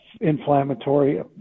Inflammatory